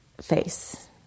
face